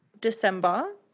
December